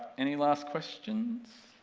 any last questions?